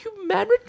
humanity